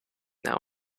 now